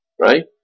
Right